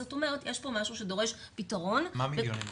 זאת אומרת שיש פה משהו שדורש פתרון --- מה מיליונים רבים?